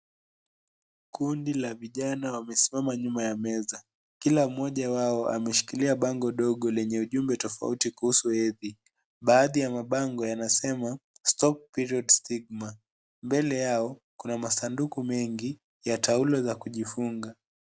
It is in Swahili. Kundi la vijana wamesimama nyuma ya meza, kila mmoja wao ameshikilia bango lenye ujumbe tofauti kuhusu hedhi. Baadhi ya mabango yanasema Stop Period Stigma . Mbele yao kuna masanduku mengi ya taulo za kujifunga.